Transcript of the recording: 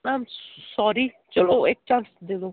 ma'am sorry ਚਲੋ ਇੱਕ chance ਦੇ ਦਓ